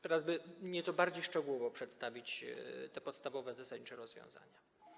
Teraz nieco bardziej szczegółowo przedstawię podstawowe, zasadnicze rozwiązania.